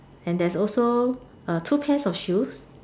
and there's also two pairs of shoes